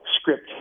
script